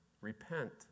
Repent